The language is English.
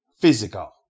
physical